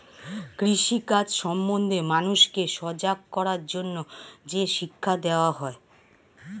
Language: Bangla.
কৃষি কাজ সম্বন্ধে মানুষকে সজাগ করার জন্যে যে শিক্ষা দেওয়া হয়